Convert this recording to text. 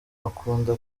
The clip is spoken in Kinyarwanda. akunda